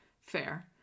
fair